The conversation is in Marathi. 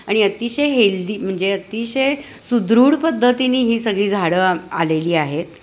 आणि अतिशय हेल्दी म्हणजे अतिशय सुदृढ पद्धतीनी ही सगळी झाडं आलेली आहेत